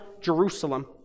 Jerusalem